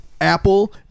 Apple